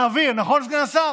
נעביר, נכון, סגן השר?